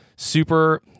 Super